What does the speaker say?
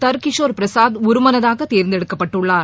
தர்கிஷோர் பிரசாத் ஒருமனதாக தேர்ந்தெடுக்கப்பட்டுள்ளார்